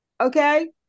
Okay